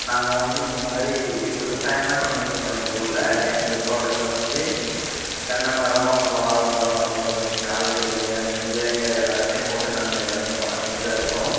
நாங்கள் வந்து இந்த மாதிரி விவசாயம்தான் பண்ணிகிட்டு இருக்கோம் எங்கள் ஊரில் எங்கள் தோட்டத்தில் வந்து தென்னைமரம் வாழைமரம் அதுபோக காய்கறிங்க கீரைங்க எல்லாமே போட்டு நாங்கள் எல்லாமே வளர்திட்டுதான் இருக்கோம்